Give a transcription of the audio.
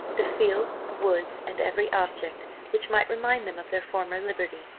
the fields, woods, and every object which might remind them of their former liberty.